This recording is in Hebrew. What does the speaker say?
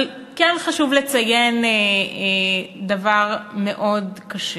אבל כן חשוב לציין דבר מאוד קשה: